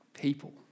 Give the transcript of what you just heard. People